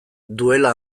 duela